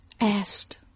asked